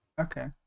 okay